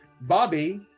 bobby